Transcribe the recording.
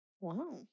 Wow